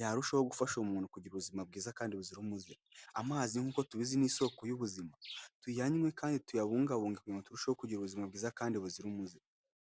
yarushaho gufasha umuntu kugira ubuzima bwiza kandi buzira umuze. Amazi nk'uko tubizi ni isoko y'ubuzima tuyanywe kandi tuyabungabunge kugira ngo turusheho kugira ubuzima bwiza kandi buzira umuze.